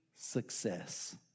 success